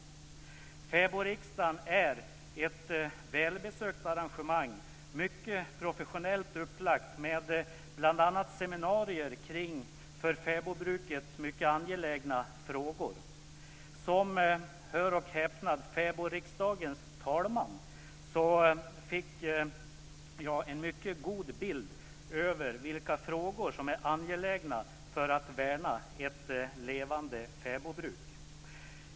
Fäbodriksdagen är ett välbesökt arrangemang som är mycket professionellt upplagt med bl.a. seminarier kring för fäbodbruket mycket angelägna frågor. Som - hör och häpna - fäbodriksdagens talman fick jag en mycket god bild av vilka frågor som är angelägna för att vi ska kunna värna ett levande fäbodbruk.